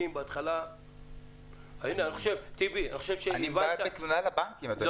בהתחלה הבנקים --- אני מלין פה על הבנקים,